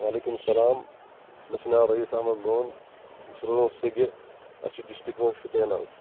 وعلَیکُم السلام مےٚ چھُ ناو ریٖس اَحمد لون بہٕ چھُس روزان سیٚگہٕ اَسہِ چھِ ڈِسٹرک یِوان شُپین حظ